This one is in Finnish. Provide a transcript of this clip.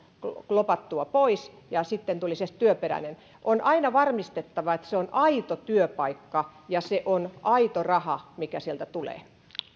blokattua pois ja sitten tulisi se työperäinen on aina varmistettava että se on aito työpaikka ja se on aito raha mikä sieltä tulee